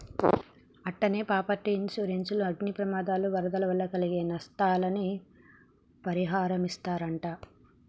అట్టనే property insurance లో అగ్ని ప్రమాదాలు, వరదల వల్ల కలిగే నస్తాలని పరిహారమిస్తరట